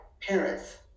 parents